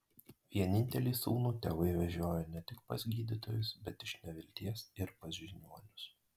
vienintelį sūnų tėvai vežiojo ne tik pas gydytojus bet iš nevilties ir pas žiniuonius